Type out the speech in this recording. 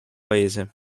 paese